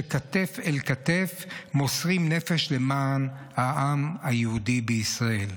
שכתף-אל-כתף מוסרים נפש למען העם היהודי בישראל.